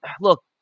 Look